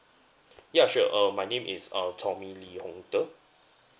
ya sure uh my name is uh tommy lee hong de